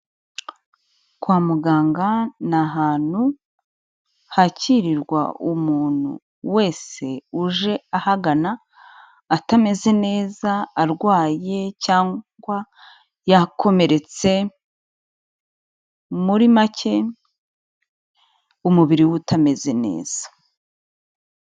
Kwa muganga ni ahantu hakirirwa umuntu wese uje ahagana atameze neza, arwaye cyangwa yakomeretse, muri make umubiri we utameze neza.